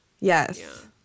Yes